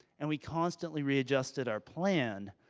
and we constantly readjusted our plan,